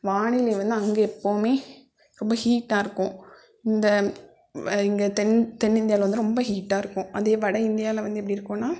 வானிலை வந்து அங்கே எப்பவுமே ரொம்ப ஹீட்டாக இருக்கும் இந்த இங்கே தென் தென் தென்னிந்தியாவில் வந்து ரொம்ப ஹீட்டாக இருக்கும் அதே வட இந்தியாவில் வந்து எப்படி இருக்கும்ன்னா